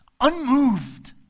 unmoved